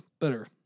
better